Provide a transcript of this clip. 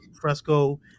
Fresco